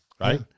right